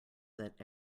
that